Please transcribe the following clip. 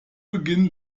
beginn